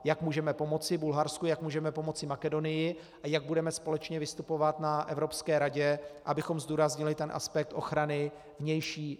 Jak můžeme pomoci Bulharsku, jak můžeme pomoci Makedonii a jak budeme společně vystupovat na Evropské radě, abychom zdůraznili ten aspekt ochrany vnější schengenské hranice.